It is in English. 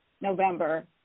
November